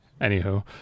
Anywho